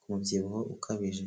ku mubyibuho ukabije.